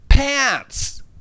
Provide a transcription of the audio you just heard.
pants